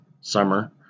summer